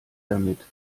damit